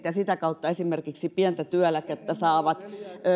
ja sitä kautta esimerkiksi pientä työeläkettä saavat